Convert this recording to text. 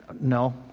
No